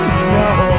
snow